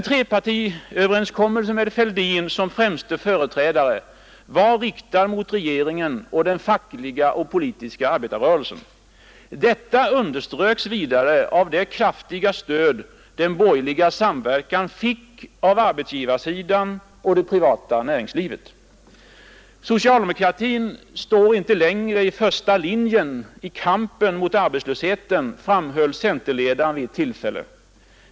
Trepartiöverenskommelsen med herr Fälldin som främste företrädare var riktad mot regeringen och den fackliga och politiska arbetarrörelsen. Detta underströks vidare av det kraftiga stöd den borgerliga samverkan fick av arbetsgivarsidan och det privata näringslivet. Socialdemokratin står inte längre i första linjen i kampen mot arbetslösheten, framhöll centerledaren vid ett tillfälle.